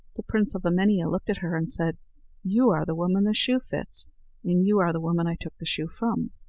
the prince of emania looked at her and said you are the woman the shoe fits, and you are the woman i took the shoe from.